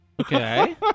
okay